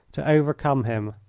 to overcome him.